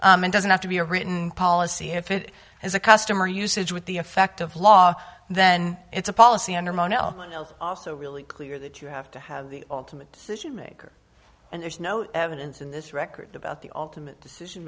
channels and doesn't have to be a written policy if it has a customer usage with the effect of law then it's a policy under mono or no also really clear that you have to have the ultimate decision maker and there's no evidence in this record about the ultimate decision